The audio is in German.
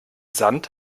sand